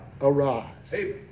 arise